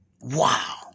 wow